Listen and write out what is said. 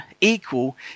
equal